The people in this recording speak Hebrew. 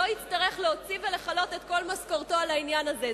הוא לא יצטרך להוציא ולכלות את כל משכורתו על העניין הזה.